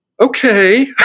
Okay